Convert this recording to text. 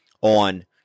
on